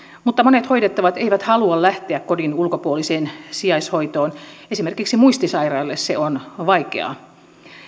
mutta monet hoidettavat eivät halua lähteä kodin ulkopuoliseen sijaishoitoon esimerkiksi muistisairaille se on vaikeaa